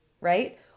right